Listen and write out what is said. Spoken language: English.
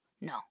No